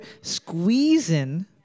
squeezing